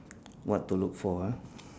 what to look for ah